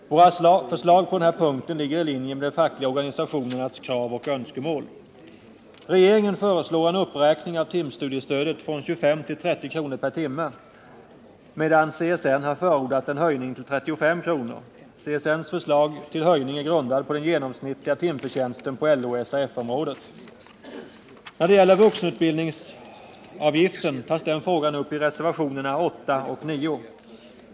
Våra förslag på den här punkten ligger i linje med de fackliga organisationernas krav och önskemål. Regeringen föreslår en uppräkning av timstudiestödet från 25 till 30 kr. per timme, medan CSN har förordat en höjning till 35 kr. CSN:s förslag till höjning är grundat på den genomsnittliga timförtjänsten på LO-SAF området. När det gäller vuxenutbildningsavgiften tas den frågan upp i reservationerna 8 och 9.